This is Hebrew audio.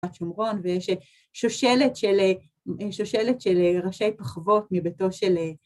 שמרון, ויש שושלת של ראשי פחוות מביתו של